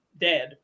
dead